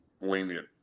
lenient